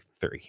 three